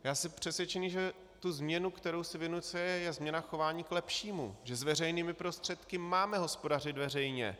Já jsem přesvědčený, že ta změna, kterou si vynucuje, je změna chování k lepšímu, že s veřejnými prostředky máme hospodařit veřejně.